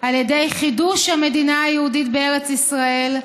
על ידי חידוש המדינה היהודית בארץ ישראל,